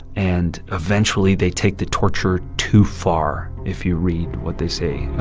and eventually, they take the torture too far, if you read what they say,